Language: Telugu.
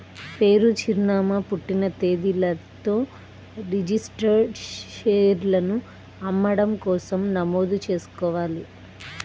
పేరు, చిరునామా, పుట్టిన తేదీలతో రిజిస్టర్డ్ షేర్లను అమ్మడం కోసం నమోదు చేసుకోవాలి